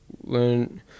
learn